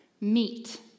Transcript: meet